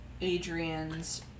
Adrian's